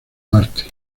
marte